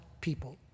people